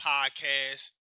Podcast